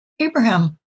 Abraham